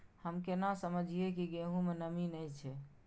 हम केना समझये की गेहूं में नमी ने छे?